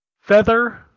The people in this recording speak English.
Feather